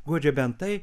guodžia bent tai